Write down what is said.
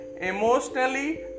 emotionally